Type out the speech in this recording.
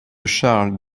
charles